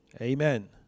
Amen